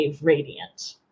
radiant